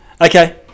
Okay